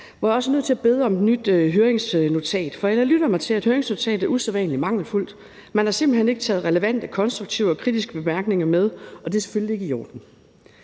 jeg også er nødt til at bede om et nyt høringsnotat. For jeg lytter mig til, at høringsnotatet er usædvanlig mangelfuldt. Man har simpelt hen ikke taget relevante konstruktive og kritiske bemærkninger med, og det er selvfølgelig ikke i orden.